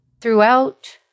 Throughout